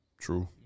True